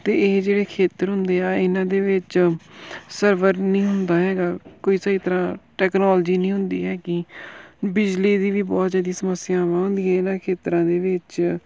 ਅਤੇ ਇਹ ਜਿਹੜੇ ਖੇਤਰ ਹੁੰਦੇ ਆ ਇਹਨਾਂ ਦੇ ਵਿੱਚ ਸਰਵਰ ਨਹੀਂ ਹੁੰਦਾ ਹੈਗਾ ਕਿਸੇ ਤਰ੍ਹਾਂ ਟੈਕਨੋਲਜੀ ਨਹੀਂ ਹੁੰਦੀ ਹੈਗੀ ਬਿਜਲੀ ਦੀ ਵੀ ਬਹੁਤ ਜ਼ਿਆਦਾ ਸਮੱਸਿਆਵਾਂ ਹੁੰਦੀਆਂ ਇਹਨਾਂ ਖੇਤਰਾਂ ਦੇ ਵਿੱਚ